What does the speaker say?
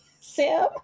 Sam